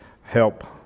help